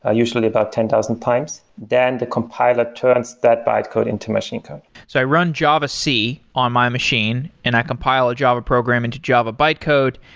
usually about ten thousand times. then the compiler turns that bytecode into machine code so i run java c on my machine and i compile a java program into java bytecode,